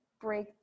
Break